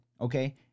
okay